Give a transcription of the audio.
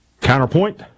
Counterpoint